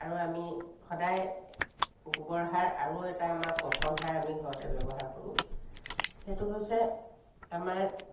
আৰু আমি সদায় গোবৰ সাৰ আৰু এটা আমাৰ পচন সাৰ আমি ঘৰতে ব্যৱহাৰ কৰোঁ সেইটো হৈছে আমাৰ